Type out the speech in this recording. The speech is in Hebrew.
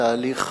התהליך